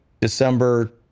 December